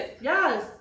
yes